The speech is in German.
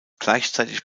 gleichzeitig